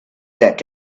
that